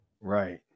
Right